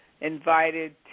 invited